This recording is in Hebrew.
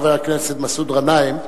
חבר הכנסת מסעוד גנאים.